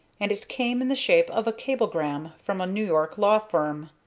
and it came in the shape of a cablegram from a new york law firm.